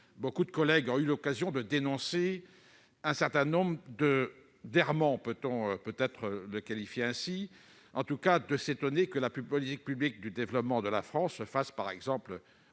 beaucoup de nos collègues ont eu l'occasion de dénoncer un certain nombre d'errements, comme je les qualifie volontiers, et en tout cas de s'étonner que la politique publique de développement de la France se fasse, par exemple,